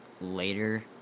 later